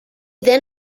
then